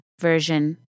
version